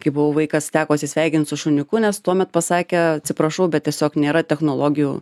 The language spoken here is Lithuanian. kai buvau vaikas teko atsisveikint su šuniuku nes tuomet pasakė atsiprašau bet tiesiog nėra technologijų